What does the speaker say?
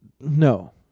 no